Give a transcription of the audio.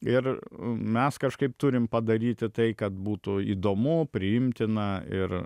ir mes kažkaip turim padaryti tai kad būtų įdomu priimtina ir